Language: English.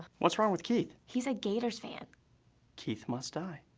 what's wrong with keith? he's a gators fan keith must die